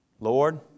Lord